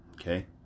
Okay